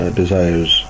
desires